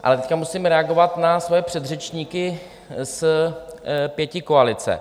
Ale teď musím reagovat na své předřečníky z pětikoalice.